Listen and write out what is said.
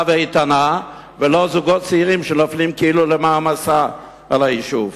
ואיתנה ולא זוגות צעירים שנופלים כאילו למעמסה על היישוב.